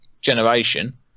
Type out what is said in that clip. generation